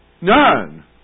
None